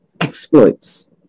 exploits